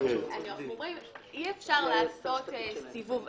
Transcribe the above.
אי אפשר לעשות סיבוב.